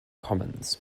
commons